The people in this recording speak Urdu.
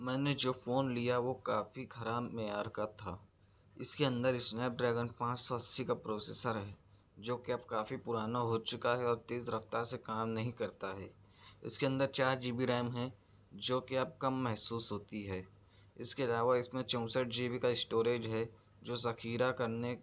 میں نے جو فون لیا ہے وہ کافی خراب معیار کا تھا اس کے اندر اسنیپڈریگن پانچ سو اسی کا پروسیسر ہے جوکہ اب کافی پرانا ہو چکا ہے اور تیز رفتار سے کام نہیں کرتا ہے اس کے اندر چار جی بی ریم ہے جوکہ اب کم محسوس ہوتی ہے اس کے علاوہ اس میں چونسٹھ جی بی کا اسـٹوریج ہے جو ذخیرہ کرنے